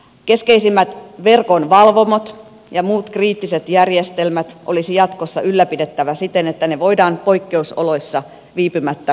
keskeisimmät verkon valvomot ja muut kriittiset järjestelmät olisi jatkossa ylläpidettävä siten että ne voidaan poikkeusoloissa viipymättä palauttaa suomeen